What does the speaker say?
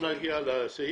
זה לא נותן לך מענה.